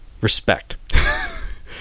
respect